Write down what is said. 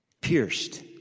pierced